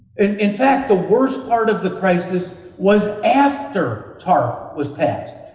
in in fact, the worst part of the crisis was after tarp was passed.